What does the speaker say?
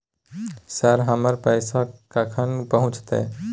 Sir, हमर पैसा कखन पहुंचतै?